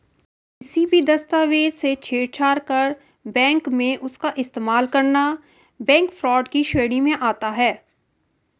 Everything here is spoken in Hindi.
किसी भी दस्तावेज से छेड़छाड़ कर बैंक में उसका इस्तेमाल करना बैंक फ्रॉड की श्रेणी में आता है